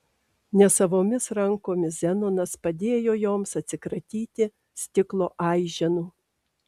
nesavomis rankomis zenonas padėjo joms atsikratyti stiklo aiženų